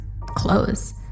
clothes